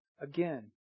again